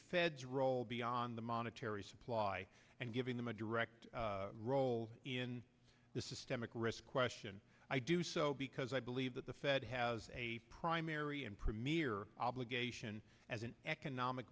fed's role beyond the monetary supply giving them a direct role in this systemically risk question i do so because i believe that the fed has a primary and premier obligation as an economic